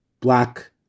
black